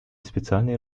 специальной